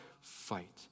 fight